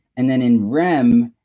and then in rem,